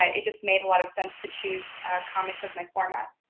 um it just made a lot of sense to choose comics as my format?